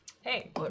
Hey